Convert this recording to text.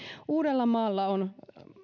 uudellamaalla on